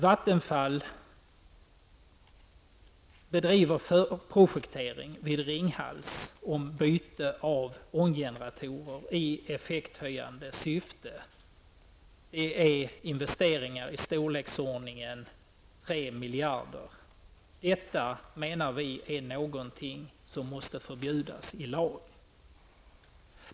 Vattenfall bedriver projektering vid Ringhals med byte av oljegeneratorer i effekthöjande syfte. Det rör sig om investeringar i storleksordningen 3 miljarder kronor. Vi anser att detta är någonting som borde förbjudas i lag.